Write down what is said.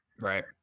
Right